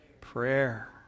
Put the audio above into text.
Prayer